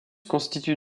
constitue